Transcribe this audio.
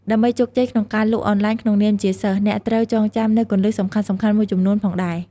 ដើម្បីជោគជ័យក្នុងការលក់អនឡាញក្នុងនាមជាសិស្ស អ្នកត្រូវចងចាំនូវគន្លឹះសំខាន់ៗមួយចំនួនផងដែរ។